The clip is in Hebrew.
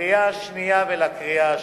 לקריאה שנייה ולקריאה שלישית.